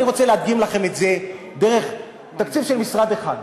אני רוצה להדגים לכם את זה דרך תקציב של משרד אחד,